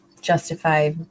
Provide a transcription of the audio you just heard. justify